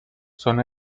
son